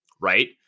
Right